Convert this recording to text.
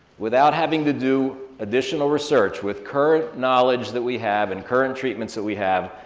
without having to do additional research, with current knowledge that we have and current treatments that we have,